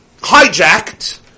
hijacked